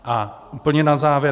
A úplně na závěr.